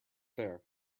fare